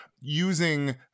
using